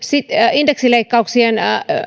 indeksileikkauksien